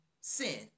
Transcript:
sin